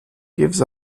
gives